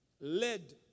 led